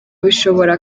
bishobora